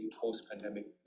post-pandemic